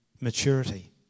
maturity